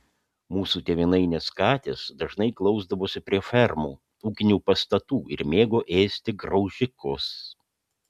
mūsų tėvynainės katės dažnai glausdavosi prie fermų ūkinių pastatų ir mėgo ėsti graužikus